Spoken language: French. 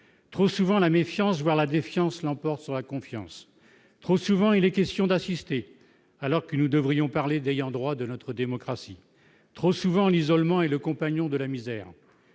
trop souvent la méfiance, voire la défiance l'emporte sur la confiance, trop souvent, il est question d'assister, alors que nous devrions parler d'ayant droit de notre démocratie, trop souvent l'isolement et le compagnon de la misère,